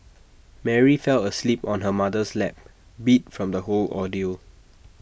Mary fell asleep on her mother's lap beat from the whole ordeal